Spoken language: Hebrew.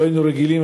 לא היינו רגילים,